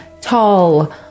tall